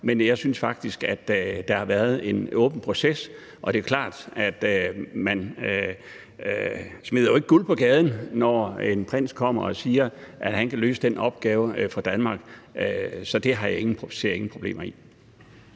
gøre. Jeg synes faktisk, at der har været en åben proces. Det er klart, at man jo ikke smider guld på gaden, når en prins kommer og siger, at han kan løse den opgave for Danmark. Så det ser jeg ingen problemer i.